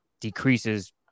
decreases